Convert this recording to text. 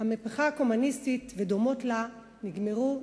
המהפכה הקומוניסטית ודומות לה נגמרו,